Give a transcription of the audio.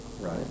right